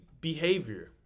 behavior